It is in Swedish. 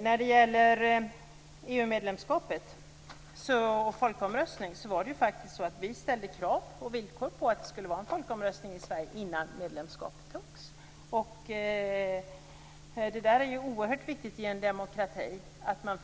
När det gäller EU-medlemskap och folkomröstning var det ju faktiskt så att vi ställde krav på att det skulle vara en folkomröstning i Sverige innan beslut om medlemskapet fattades. Det är oerhört viktigt i en demokrati att man